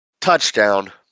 Touchdown